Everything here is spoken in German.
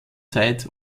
zeit